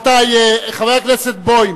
חבר הכנסת בוים,